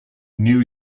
new